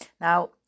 Now